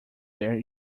their